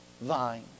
vine